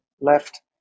left